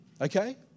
Okay